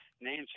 Nancy